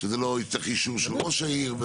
שזה לא יצטרך אישור של ראש העיר.